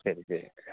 ശരി ശരി